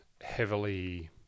heavily